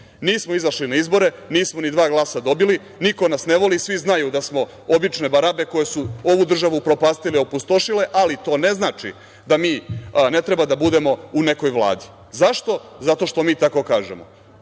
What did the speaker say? vlast. Nismo izašli na izbore, nismo ni dva glasa dobili, niko nas ne voli, svi znaju da smo obične barabe koje su ovu državu upropastile i opustošile, ali to ne znači da mi ne treba da budemo u nekoj vladi. Zašto? Zato što mi tako kažemo.